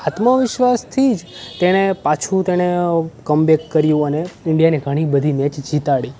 આત્મવિશ્વાસથી જ તેણે પાછું તેણે કમબેક કર્યું અને ઇન્ડિયાની ઘણી બધી મેચ જીતાડી